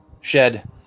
shed